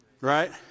Right